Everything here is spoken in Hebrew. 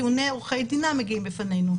טיעוני עורכי דינם מגיעים לפנינו.